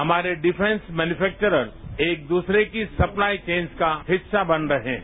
हमारे defence manufacturers एक दूसरे की सप्लाई चेन्स का हिस्सा बन रहे हैं